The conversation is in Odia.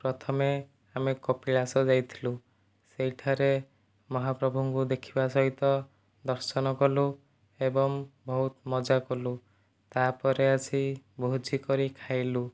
ପ୍ରଥମେ ଆମେ କପିଳାସ ଯାଇଥିଲୁ ସେହିଠାରେ ମହାପ୍ରଭୁଙ୍କୁ ଦେଖିବା ସହିତ ଦର୍ଶନ କଲୁ ଏବଂ ବହୁତ ମଜା କଲୁ ତାପରେ ଆସି ଭୋଜି କରି ଖାଇଲୁ